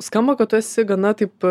skamba kad tu esi gana taip